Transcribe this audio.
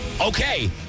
Okay